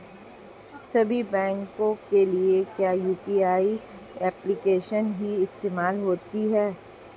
सभी बैंकों के लिए क्या यू.पी.आई एप्लिकेशन ही इस्तेमाल होती है?